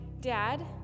dad